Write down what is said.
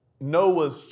Noah's